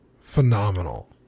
phenomenal